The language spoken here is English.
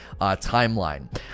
timeline